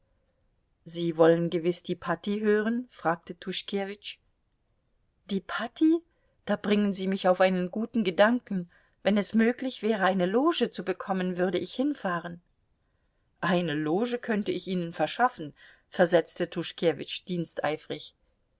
sie wollen gewiß die patti hören fragte tuschkewitsch die patti da bringen sie mich auf einen guten gedanken wenn es möglich wäre eine loge zu bekommen würde ich hinfahren eine loge könnte ich ihnen verschaffen versetzte